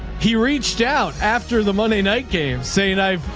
he reached out after the monday night game saying i've,